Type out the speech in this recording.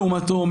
לעומתו,